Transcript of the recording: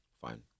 fine